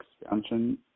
expansion